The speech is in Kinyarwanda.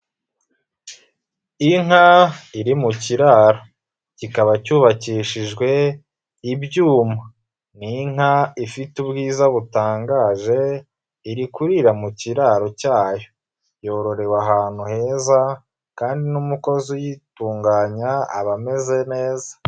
Inka iri mu kiraro. Kikaba cyubakishijwe ibyuma. Ni inka ifite ubwiza butangaje, iri kurira mu kiraro cyayo. Yororewe ahantu heza kandi n'umukozi uyitunganya aba ame neza.